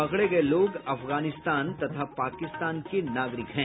पकड़े गये लोग अफगानिस्तान तथा पाकिस्तान के नागरिक हैं